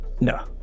No